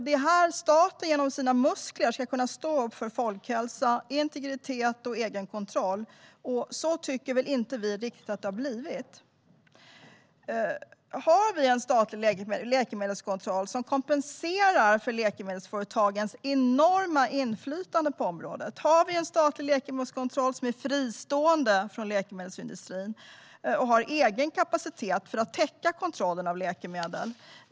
Det är här staten genom sina muskler ska kunna stå upp för folkhälsa, integritet och egenkontroll. Så tycker inte vi att det riktigt har blivit. Har vi en statlig läkemedelskontroll som kompenserar för läkemedelsföretagens enorma inflytande på området? Har vi en statlig läkemedelskontroll som är fristående från läkemedelsindustrin och har egen kapacitet för att täcka kontroller av läkemedel?